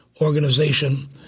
organization